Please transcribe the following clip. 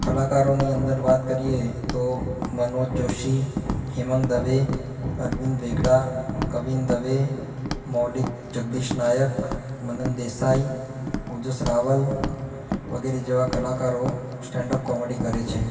કલાકારોની અંદર વાત કરીએ તો મનોજ જોશી હેમાંગ દવે અરવિંદ વેગડા કવિન દવે મૌલિક જગદીશ નાયક મનન દેસાઈ ઓજસ રાવલ વગેરે જેવા કલાકારો સ્ટેન્ડ અપ કોમેડી કરે છે